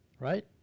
Right